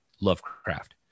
Lovecraft